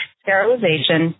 sterilization